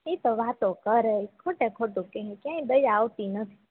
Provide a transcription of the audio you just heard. ઇતો વાતો કરે ખોટે ખોટું કેહે ક્યાંય દયા આવતી નથી